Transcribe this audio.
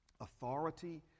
authority